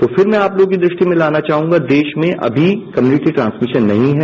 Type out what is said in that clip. तो फिर मैं आप लोगों की दृष्टि में लाना चाहूंगा देश में अभी कम्यूनिटी ट्रांसमिशन नहीं है